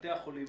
לבתי החולים,